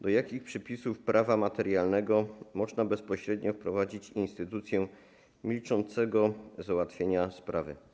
Do jakich przepisów prawa materialnego można bezpośrednio wprowadzić instytucję milczącego załatwienia sprawy?